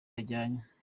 bajyanye